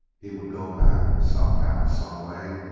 he would go back. somehow, some way,